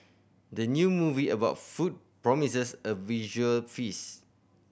the new movie about food promises a visual feast